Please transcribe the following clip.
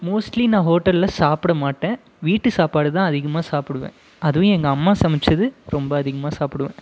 mostly நான் ஹோட்டலில் சாப்பிட மாட்டேன் வீட்டு சாப்பாடுதான் அதிகமாக சாப்பிடுவேன் அதுவும் எங்கள் அம்மா சமைச்சது ரொம்ப அதிகமாக சாப்பிடுவேன்